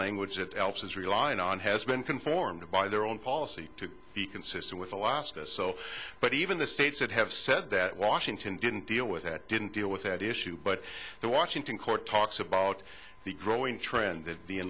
language that else is relying on has been conformed by their own policy to be consistent with alaska so but even the states that have said that washington didn't deal with it didn't deal with that issue but the washington court talks about the growing trend that the